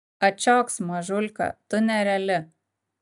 ačioks mažulka tu nereali